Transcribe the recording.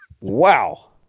Wow